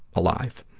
alive.